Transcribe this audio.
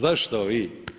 Zašto vi?